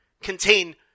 contain